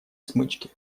смычки